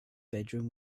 bedroom